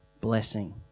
blessing